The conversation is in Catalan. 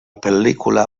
pel·lícula